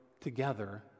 together